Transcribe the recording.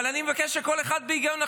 אבל אני מבקש שכל אחד יחשוב בהיגיון.